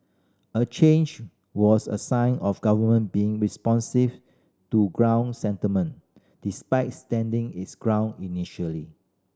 a change was a sign of government being responsive to ground sentiment despite standing its ground initially